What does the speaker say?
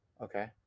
Okay